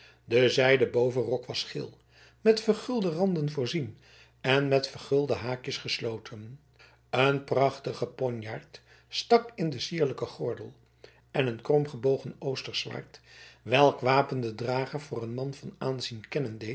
de zijden bovenrok was geel met vergulde randen voorzien en met vergulde haakjes gesloten een prachtige ponjaard stak in den sierlijken gordel en een krom gebogen oostersch zwaard welk wapen den drager voor een man van aanzien